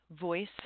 voice